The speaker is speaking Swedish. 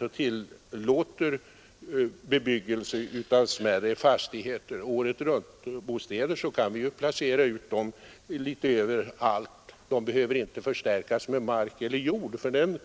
och tillåter bebyggelse av smärre fastigheter — året-runtbostäder — så finns det inget hinder för att placera ut dem lite överallt. De behöver inte förstärkas med mark eller jord.